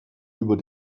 über